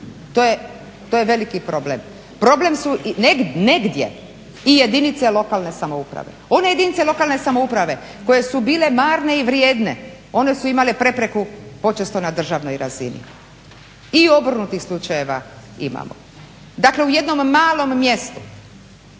To je veliki problem. Problem su i negdje i jedinice lokalne samouprave. One jedinice lokalne samouprave koje su bile marne i vrijedne one su imale prepreku počesto na državnoj razini. I obrnutih slučajeva imamo. Dakle u jednom malom mjestu,